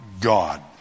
god